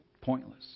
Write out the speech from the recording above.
pointless